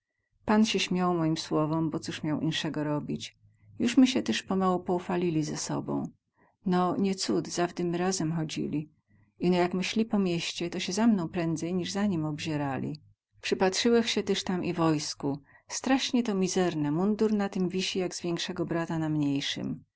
pan sie śmiał moim słowom bo coz miał insego robić juz my sie tyz pomału poufalili ze sobą no nie cud zawdy my razem chodzili ino jak my śli po mieście to sie za mną prędzej niz za nim obzierali przypatrzyłech sie tyz tam i wojsku straśnie to mizerne mundur na tym wisi jak z więksego brata na mniejsym